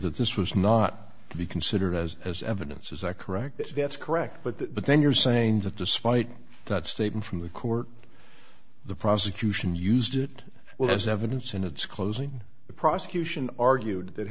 that this was not to be considered as as evidence is that correct that that's correct but that but then you're saying that despite that statement from the court the prosecution used it well as evidence in its closing the prosecution argued that